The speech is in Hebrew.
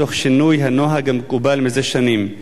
תוך שינוי הנוהג המקובל זה שנים.